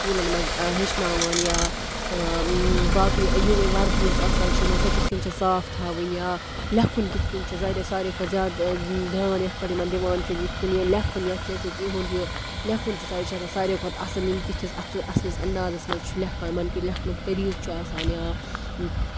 سکوٗلَن منٛز ہیٚچھناوان یا باقٕے یہِ وَردی یۄس آسان چھِ یِمن سۄ کِتھ کٔنۍ چھےٚ صاف تھاوٕنۍ یا لٮ۪کھُن کِتھۍ کٔنۍ چھُ زٔہریٚہ ساروے کھۄتہٕ زیادٕ دیان یَتھ پٮ۪ٹھ یِمن دِوان چھِ یِتھ کٔنۍ یہِ لٮ۪کھُن یَتھ جیسے کہِ یہِ ہُند یہِ لٮ۪کُھن چھُ آسان یہِ چھُ آسان ساروے کھۄتہٕ اَصٕل یِم کِتھِس اَصلِس اَندازَس منٛز چھُ لٮ۪کھان یِمن کیُتھ لٮ۪کھنُک طٔریٖقہٕ چھُ آسان یا